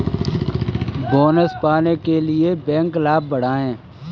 bonus पाने के लिए बैंक लाभ बढ़ाएं